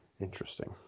Interesting